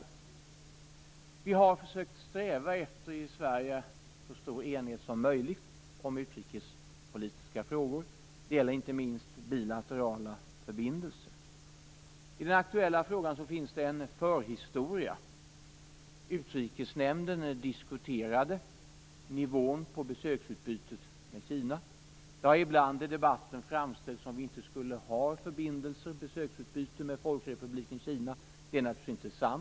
Vi i Sverige har försökt att sträva efter så stor enighet som möjligt om utrikespolitiska frågor. Det gäller inte minst bilaterala förbindelser. I den aktuella frågan finns det en förhistoria. Utrikesnämnden diskuterade nivån på besöksutbytet med Kina. Det har ibland i debatten framställts som att vi inte skulle ha förbindelser och besöksutbyte med Folkrepubliken Kina. Det är naturligtvis inte sant.